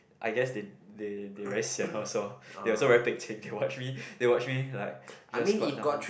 I guess they they they very sian also they also very pek-chek to watch me they watch me like just got now